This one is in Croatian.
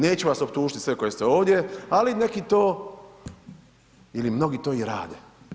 Neću vas optužit' sve koji ste ovdje, ali netko to, ili mnogi to i rade.